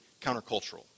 countercultural